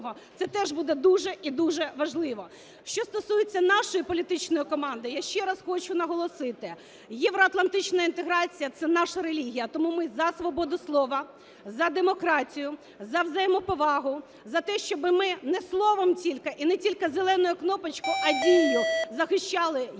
Це теж буде дуже і дуже важливо. Що стосується нашої політичної команди, я ще раз хочу наголосити: євроатлантична інтеграція – це наша релігія. Тому ми за свободу слова, за демократію, за взаємоповагу, за те, щоб ми не словом тільки і не тільки зеленою кнопочкою, а дією захищали європейську